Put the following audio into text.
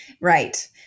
right